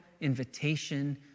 invitation